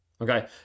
okay